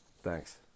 Thanks